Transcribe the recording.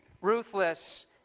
ruthless